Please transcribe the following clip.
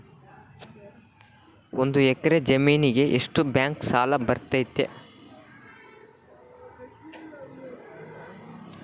ಒಂದು ಎಕರೆ ಜಮೇನಿಗೆ ಎಷ್ಟು ಬ್ಯಾಂಕ್ ಸಾಲ ಬರ್ತೈತೆ?